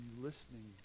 listening